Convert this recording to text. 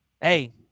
hey